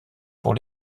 pour